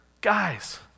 guys